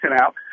out